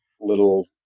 little